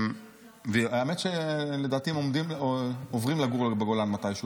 האמת היא שלדעתי הם עוברים לגור בגולן מתישהו,